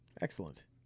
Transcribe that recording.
Excellent